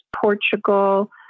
Portugal